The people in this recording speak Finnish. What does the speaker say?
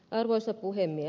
arvoisa puhemies